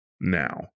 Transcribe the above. now